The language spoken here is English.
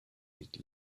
eat